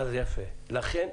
לכן,